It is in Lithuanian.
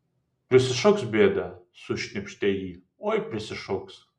prisišauks bėdą sušnypštė ji oi prisišauks